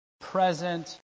present